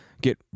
get